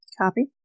Copy